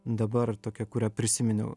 dabar tokia kurią prisiminiau